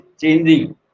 changing